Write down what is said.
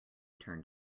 turned